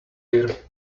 here